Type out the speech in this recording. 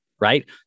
Right